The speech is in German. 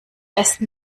ersten